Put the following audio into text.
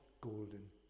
golden